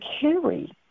carry